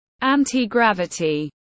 Anti-gravity